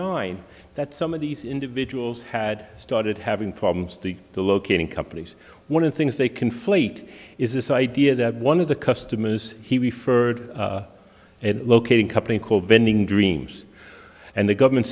nine that some of these individuals had started having problems to the locating companies one of the things they conflate is this idea that one of the customers he referred at locating company called vending dreams and the government